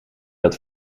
dat